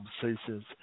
conversations